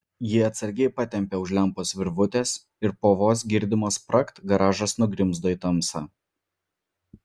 ji atsargiai patempė už lempos virvutės ir po vos girdimo spragt garažas nugrimzdo į tamsą